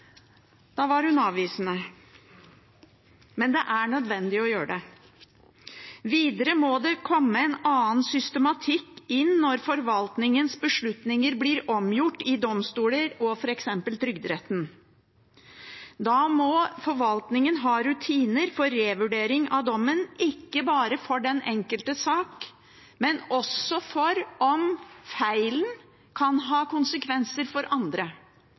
Da var hun avvisende. Men det er nødvendig å gjøre det. Videre må det komme en annen systematikk inn når forvaltningens beslutninger blir omgjort i domstoler og f.eks. Trygderetten. Da må forvaltningen ha rutiner for revurdering av dommen – ikke bare for den enkelte sak, men også for om feilen kan ha konsekvenser for andre,